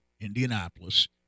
Indianapolis